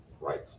right